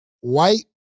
white